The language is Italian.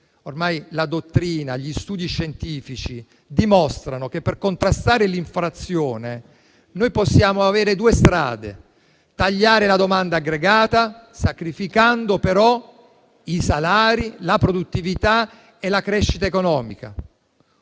ormai la dottrina e gli studi scientifici dimostrano che per contrastare l'inflazione possiamo avere due strade: tagliare la domanda aggregata (sacrificando però i salari, la produttività e la crescita economica)